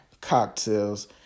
cocktails